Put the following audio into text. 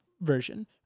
version